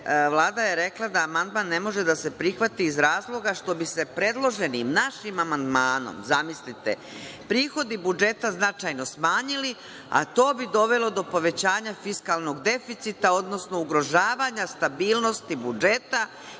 je rekla da amandman ne može da se prihvati iz razloga što bi se predloženim našim amandmanom, zamislite, prihodi budžeta značajno smanjili, a to bi dovelo do povećanja fiskalnog deficita, odnosno ugrožavanja stabilnosti budžeta